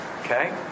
Okay